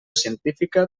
científica